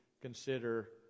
consider